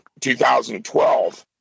2012